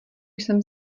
jsem